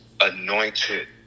anointed